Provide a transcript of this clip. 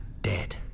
dead